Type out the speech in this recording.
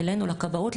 אלינו לכבאות,